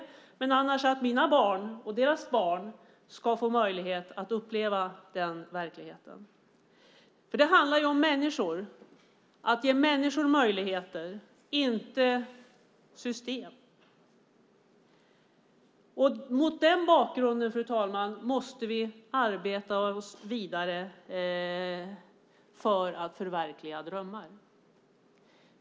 Om inte hoppas jag att mina barn och deras barn ska få möjlighet att uppleva den verkligheten. Det handlar om människor, om att ge människor möjligheter, inte om system. Mot den bakgrunden måste vi arbeta vidare för att förverkliga drömmar.